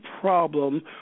problem